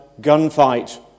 gunfight